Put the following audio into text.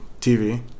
TV